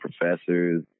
professors